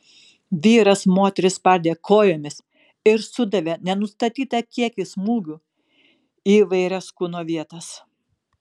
vyras moterį spardė kojomis ir sudavė nenustatytą kiekį smūgių į įvairias kūno vietas